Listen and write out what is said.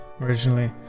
originally